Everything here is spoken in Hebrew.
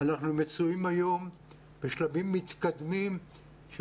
אנחנו מצויים היום בשלבים מתקדמים של